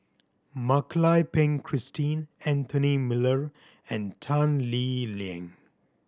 Mak Lai Peng Christine Anthony Miller and Tan Lee Leng